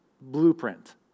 blueprint